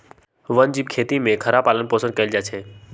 वन जीव खेती में खरहा पालन पोषण कएल जाइ छै